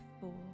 four